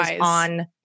on